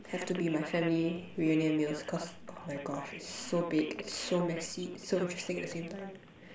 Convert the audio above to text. have to be my family reunion meals cause oh my gosh it's so big it's so messy it's so interesting at the same time